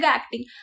acting